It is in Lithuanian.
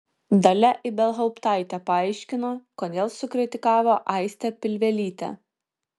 dalia ibelhauptaitė paaiškino kodėl sukritikavo aistę pilvelytę